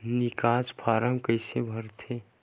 निकास फारम कइसे भरथे?